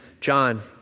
John